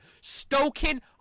stoking